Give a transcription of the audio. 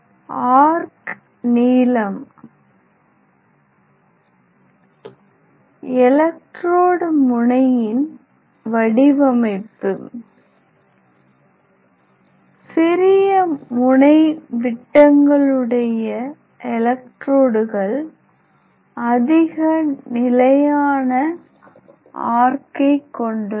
arc நீளம் electrode முனையின் வடிவமைப்பு சிறிய முனை விட்டங்களுடைய எலெக்ட்ரோடுகள் அதிக நிலையான ஆர்க்கை கொண்டுள்ளன